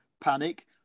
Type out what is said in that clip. panic